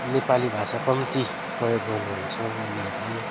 नेपाली भाषा कम्ती प्रयोग गर्नुहुन्छ उनीहरूले